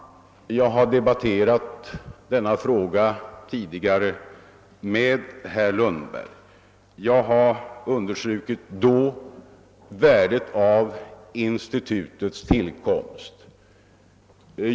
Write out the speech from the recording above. Jag har debatterat denna fråga tidigare med herr Lundberg. Jag har då understrukit värdet av institutets tillkomst.